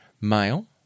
Male